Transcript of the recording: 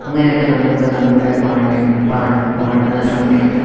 അങ്ങനെയൊക്കെ നമ്മുക്ക് നമ്മുടെ പാട്ടിൻ പാടുന്ന സമയത്ത്